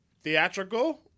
theatrical